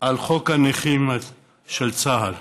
על חוק הנכים של צה"ל.